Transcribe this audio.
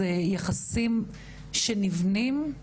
אלו יחסים שנבנים,